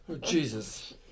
Jesus